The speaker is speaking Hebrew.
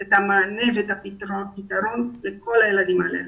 את המענה ואת הפתרון לכל הילדים האלרגיים.